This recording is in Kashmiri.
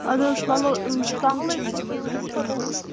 اَدٕ حظ چلو سہلٕے چھُ تہٕ وۅنۍ وُچھو تٔتی